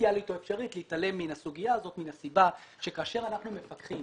פוטנציאלית או אפשרית להתעלם מן הסוגיה הזאת מהסיבה שכאשר אנחנו מפקחים,